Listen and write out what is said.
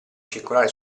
circolare